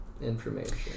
information